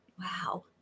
wow